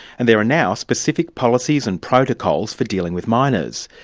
and there are now specific policies and protocols for dealing with minors.